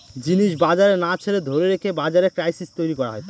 জিনিস বাজারে না ছেড়ে ধরে রেখে বাজারে ক্রাইসিস তৈরী করা হয়